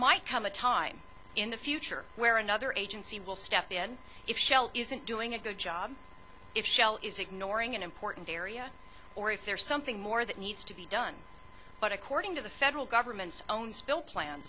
might come a time in the future where another agency will step in if shell isn't doing a good job if shell is ignoring an important area or if there's something more that needs to be done but according to the federal government's own spill plans